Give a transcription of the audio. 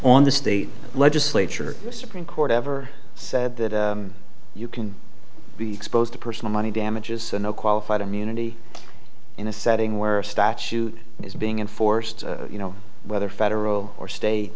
on the state legislature the supreme court ever said that you can be exposed to personal money damages no qualified immunity in a setting where a statute is being enforced you know whether federal or state